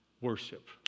worship